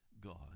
God